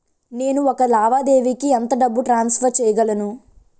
నేను ఒక లావాదేవీకి ఎంత డబ్బు ట్రాన్సఫర్ చేయగలను?